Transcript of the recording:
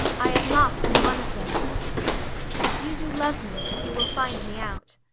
i am lock'd in one of them if you do love me, you will find me out.